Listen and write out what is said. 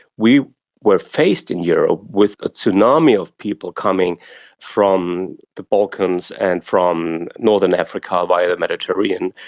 we were faced in europe with a tsunami of people coming from the balkans and from northern africa via the mediterranean,